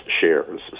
shares